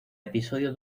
episodio